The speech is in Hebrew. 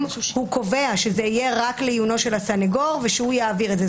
הוא קובע שזה יהיה רק לעיונו של הסנגור ושהוא יעביר את זה.